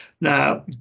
Now